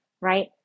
right